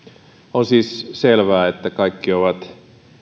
on siis selvää että kaikki ovat